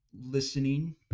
listening